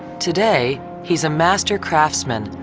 today he's a master craftsman,